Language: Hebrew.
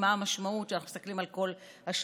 מה המשמעות כשאנחנו מסתכלים על כל השליש,